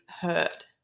hurt